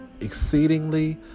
exceedingly